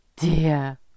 Dear